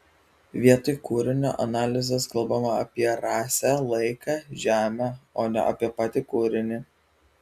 vietoj kūrinio analizės kalbama apie rasę laiką žemę o ne apie patį kūrinį